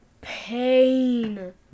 pain